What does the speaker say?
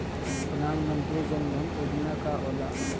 प्रधानमंत्री जन धन योजना का होला?